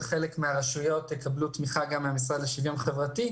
חלק מן הרשויות יקבלו תמיכה גם מן המשרד לשוויון חברתי,